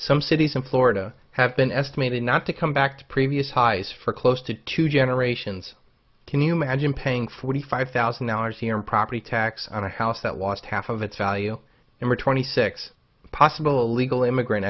some cities in florida have been estimated not to come back to previous highs for close to two generations can you imagine paying forty five thousand dollars a year property tax on a house that lost half of its value and were twenty six possible a legal immigrant